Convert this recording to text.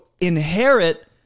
inherit